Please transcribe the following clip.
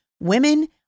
Women